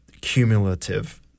cumulative